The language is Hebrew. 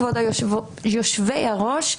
כבוד יושבי הראש,